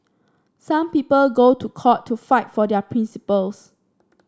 some people go to court to fight for their principles